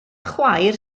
chwaer